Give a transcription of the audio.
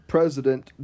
President